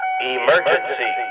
Emergency